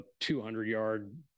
200-yard